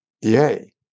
yay